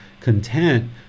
content